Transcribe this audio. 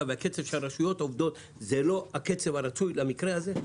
והקצב שהרשויות עובדות זה לא הקצב הרצוי למקרה הזה?